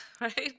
right